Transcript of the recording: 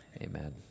Amen